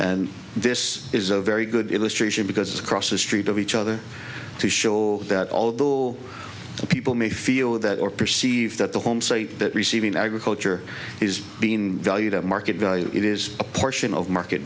and this is a very good illustration because across the street of each other to show that although people may feel that or perceive that the home state that receiving agriculture is being valued at market value it is a portion of market